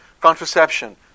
contraception